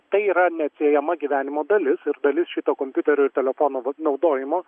tai yra neatsiejama gyvenimo dalis ir dalis šito kompiuterio ir telefono vat naudojimo